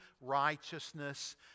righteousness